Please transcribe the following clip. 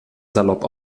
salopp